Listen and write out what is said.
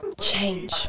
change